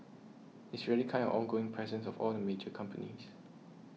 it's really kind of ongoing presence of all the major companies